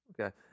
Okay